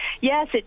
yes